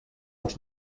els